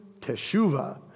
teshuvah